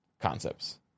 concepts